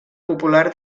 popular